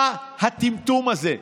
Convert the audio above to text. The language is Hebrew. מה הטמטום הזה?